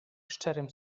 szczerym